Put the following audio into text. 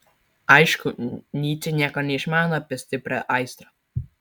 aišku nyčė nieko neišmano apie stiprią aistrą